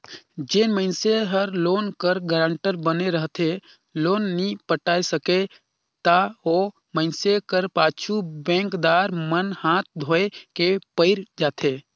जेन मइनसे हर लोन कर गारंटर बने रहथे लोन नी पटा सकय ता ओ मइनसे कर पाछू बेंकदार मन हांथ धोए के पइर जाथें